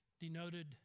denoted